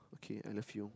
okay I love you